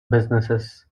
businesses